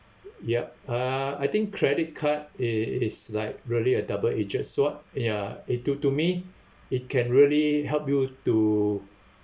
ya uh I think credit card is like really a double-edged sword ya it to to me it can really help you to